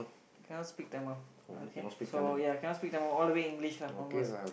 cannot speak Tamil okay so ya cannot speak Tamil all the way speak English lah converse